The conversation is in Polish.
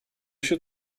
się